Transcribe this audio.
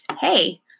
hey